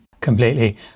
Completely